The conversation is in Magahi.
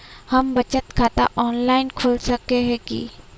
हम बचत खाता ऑनलाइन खोल सके है की?